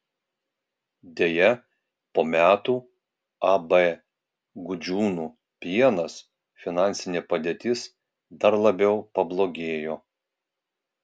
deja po metų ab gudžiūnų pienas finansinė padėtis dar labiau pablogėjo